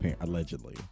allegedly